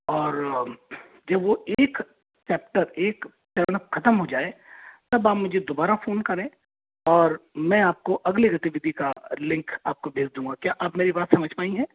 और जब वह एक चैप्टर एक चरण ख़तम हो जाए तब आप मुझे दुबारा फ़ोन करें और मैं आपको अगले गतिविधि का लिंक आपको भेज दूंगा क्या आप मेरी बात समझ पाई हैं